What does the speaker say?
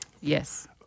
Yes